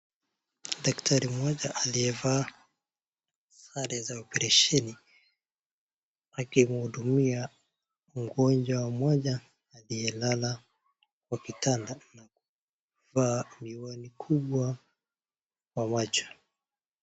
Daktari mmoja aliyevaa sare za oparesheni akimhudumia mgonjwa mmoja aliyelala kwa kitanda . Anavaa miwani kubwa kwa macho.